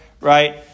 right